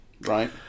right